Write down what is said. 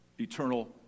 eternal